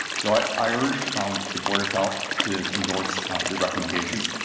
so i i urge the board of health to endorse the recommendations.